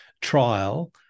trial